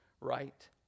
right